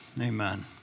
Amen